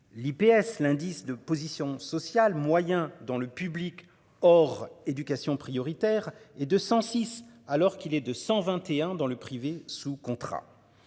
l'IPS, l'indice de position sociale moyen dans le public hors éducation prioritaire et de 106 alors qu'il est de 121 dans le privé sous contrat.